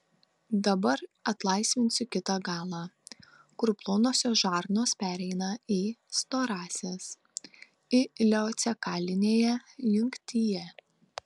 dabar atlaisvinsiu kitą galą kur plonosios žarnos pereina į storąsias ileocekalinėje jungtyje